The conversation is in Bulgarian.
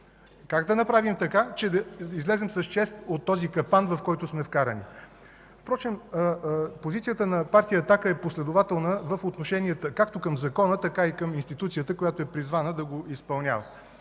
Как да направим така, че да излезем с чест от този капан, в който сме вкарани? Впрочем позицията на Партия „Атака” е последователна в отношенията както към Закона, така и към институцията, която е призвана да го изпълнява.